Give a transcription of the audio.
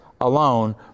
alone